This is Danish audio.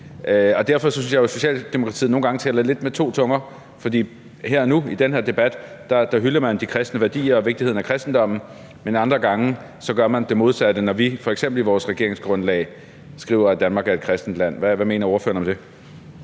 Derfor synes jeg jo, at Socialdemokratiet nogle gange taler lidt med to tunger, for her og nu i den her debat hylder man de kristne værdier og vigtigheden af kristendommen, men andre gange gør man det modsatte, f.eks. når vi i vores regeringsgrundlag skriver, at Danmark er et kristent land. Hvad mener ordføreren om det?